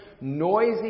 noisy